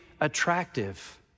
attractive